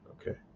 Okay